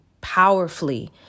powerfully